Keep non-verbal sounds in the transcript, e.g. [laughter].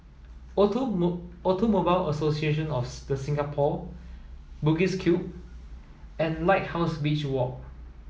[unintelligible] Automobile Association of [unintelligible] The Singapore Bugis Cube and Lighthouse Beach Walk